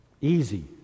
Easy